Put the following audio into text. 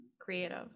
creative